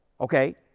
Okay